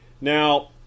Now